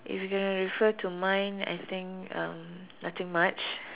if you gonna refer to mine I think um nothing much